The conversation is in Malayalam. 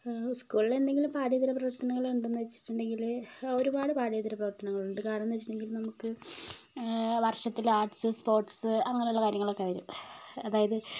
സ്കൂളുകളിൽ എന്തെങ്കിലും പാഠ്യേതര പ്രവർത്തനങ്ങൾ ഉണ്ടോന്ന് വെച്ചിട്ടുണ്ടെങ്കില് ഒരുപാട് പാഠ്യേതര പ്രവർത്തനങ്ങൾ ഉണ്ട് കാരണം എന്ന് വെച്ചിട്ടുണ്ടെങ്കിൽ നമുക്ക് വര്ഷത്തില് ആർട്സ് സ്പോർട്സ് അങ്ങനെ ഉള്ള കാര്യങ്ങളൊക്കെ വരും അതായത്